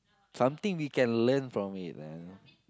something we can learn from it ah